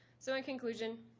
so in conclusion,